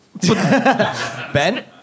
Ben